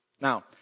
Now